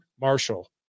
Marshall